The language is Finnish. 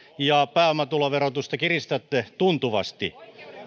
ja pääomatuloverotusta kiristätte tuntuvasti